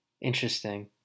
interesting